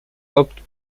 optent